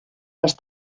les